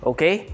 Okay